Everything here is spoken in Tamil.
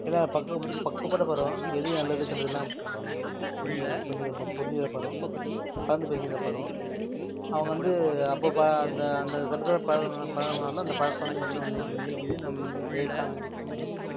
இதுதான் பக்கு பக்குவப்பட்ட பருவம் எது நல்லது கெட்டதெல்லாம் புரிஞ்ச புரிஞ்ச ப புரிஞ்சுக்கிற பருவம் கலந்து பேசிக்கிற பருவம் அவங்க வந்து அப்பப்போ அந்த அந்தந்த கட்டத்தில் பழகின பழகுனால் அந்த பழக்கம் இன்னும் நீ நீடிக்குது நம்ம லைஃப் லாங் வரைக்கும் நீடிக்கும்